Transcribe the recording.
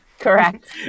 Correct